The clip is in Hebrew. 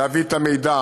להביא את המידע,